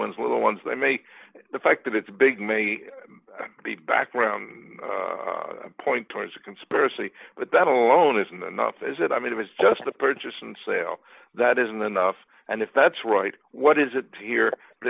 ones little ones that make the fact that it's big may be background point towards a conspiracy but that alone isn't enough is it i mean it is just the purchase and sale that isn't enough and if that's right what is it here